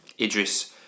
Idris